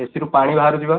ଏସିରୁ ପାଣି ବାହାରୁଛି ବା